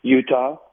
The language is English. Utah